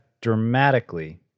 dramatically